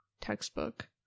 textbook